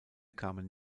kamen